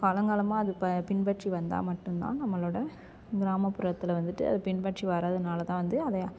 காலங்காலமாக அதை இப்போ பின்பற்றி வந்தால் மட்டும் தான் நம்மளோடய கிராமப்புறத்தில் வந்துட்டு அதை பின்பற்றி வரதுனால் தான் வந்து அதை